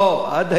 עד היום,